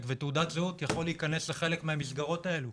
ותעודת זהות יכול להיכנס לחלק מהמסגרות האלו.